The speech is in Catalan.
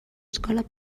escola